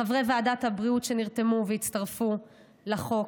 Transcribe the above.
חברי ועדת הבריאות שנרתמו והצטרפו לחוק,